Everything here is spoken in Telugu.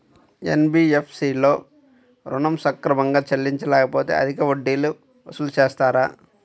ఎన్.బీ.ఎఫ్.సి లలో ఋణం సక్రమంగా చెల్లించలేకపోతె అధిక వడ్డీలు వసూలు చేస్తారా?